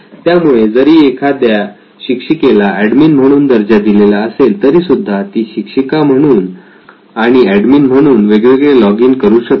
त्यामुळे जरी एखाद्या शिक्षिकेला एडमिन म्हणून दर्जा दिलेला असेल तरीसुद्धा ती शिक्षिका म्हणून आणि एडमिन म्हणून वेगवेगळे लॉगिन करू शकते